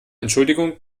entschuldigung